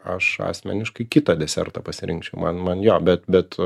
aš asmeniškai kitą desertą pasirinkčiau man man jo bet bet